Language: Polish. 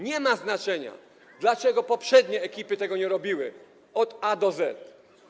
Nie ma znaczenia, dlaczego poprzednie ekipy tego nie robiły od A do Z.